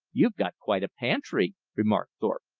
you've got quite a pantry, remarked thorpe.